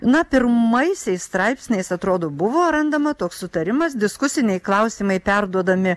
na pirmaisiais straipsniais atrodo buvo randama toks sutarimas diskusiniai klausimai perduodami